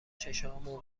چشامو